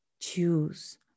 choose